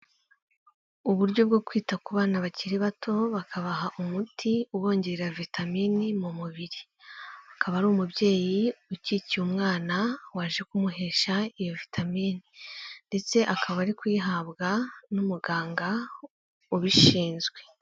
Uburyo bwo kwita ku bana bakiri bato bakabaha umuti ubongerera vitamine mu mubiri, akaba ari umubyeyi ukikiye umwana waje kumuhesha iyo vitamine, ndetse akaba ari kuyihabwa n'umuganga ubishinzwe.